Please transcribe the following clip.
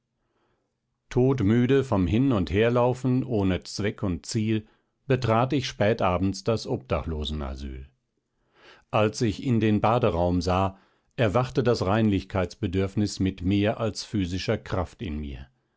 todmüde vom hin und herlaufen ohne zweck und ziel betrat ich spät abends das obdachlosenasyl als ich in den baderaum sah erwachte das reinlichkeitsbedüfnis mit mehr als physischer kraft in mir